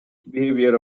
behavior